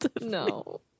No